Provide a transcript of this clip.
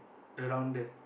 around there